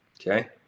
Okay